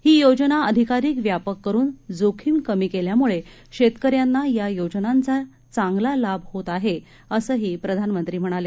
ही योजना अधिकाधिक व्यापक करुन जोखीम कमी केल्यामुळे शेतकऱ्यांना या योजनांचा चांगला लाभ होत आहे असंही प्रधानमंत्री म्हणाले